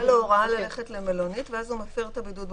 נתנו לו הוראה ללכת למלונית ואז הוא מפר את הבידוד במלונית.